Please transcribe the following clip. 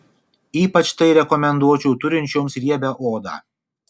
ypač tai rekomenduočiau turinčioms riebią odą